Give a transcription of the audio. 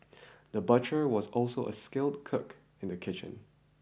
the butcher was also a skilled cook in the kitchen